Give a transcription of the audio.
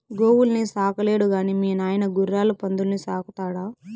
గోవుల్ని సాకలేడు గాని మీ నాయన గుర్రాలు పందుల్ని సాకుతాడా